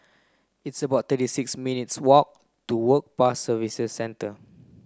it's about thirty six minutes' walk to Work Pass Service Centre